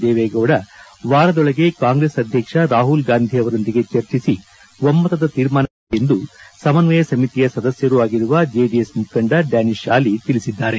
ದೇವೇಗೌಡ ವಾರದೊಳಗೆ ಕಾಂಗ್ರೆಸ್ ಅಧ್ಯಕ್ಷ ರಾಹುಲ್ಗಾಂಧಿ ಅವರೊಂದಿಗೆ ಚರ್ಚಿಸಿ ಒಮ್ನತದ ತೀರ್ಮಾನಕ್ಕೆ ಬರಲಿದ್ದಾರೆ ಎಂದು ಸಮನ್ವಯ ಸಮಿತಿಯ ಸದಸ್ಲರೂ ಆಗಿರುವ ಜೆಡಿಎಸ್ ಮುಖಂಡ ಡ್ಲಾನಿಷ್ ಆಲಿ ತಿಳಿಸಿದ್ದಾರೆ